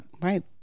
Right